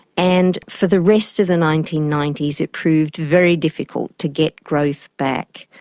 and for the rest of the nineteen ninety s it proved very difficult to get growth back.